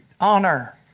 honor